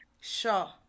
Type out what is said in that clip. Sure